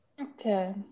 Okay